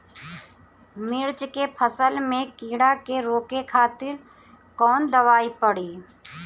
मिर्च के फसल में कीड़ा के रोके खातिर कौन दवाई पड़ी?